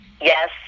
yes